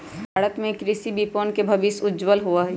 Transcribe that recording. भारत में कृषि विपणन के भविष्य उज्ज्वल हई